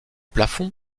plafond